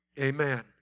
Amen